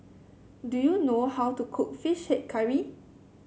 do you know how to cook fish head curry